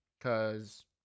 Cause